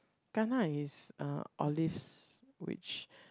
kana is uh olives which